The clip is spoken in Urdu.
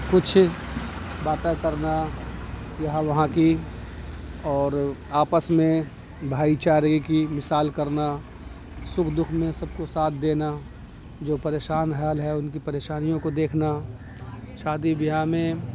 کچھ باتیں کرنا یہاں وہاں کی اور آپس میں بھائی چارے کی مثال کرنا سکھ دکھ میں سب کو ساتھ دینا جو پریشان حال ہے ان کی پریشانیوں کو دیکھنا شادی بیاہ میں